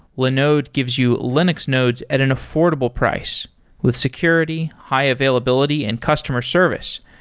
linode gives you linux nodes at an affordable price with security, high-availability and customer service.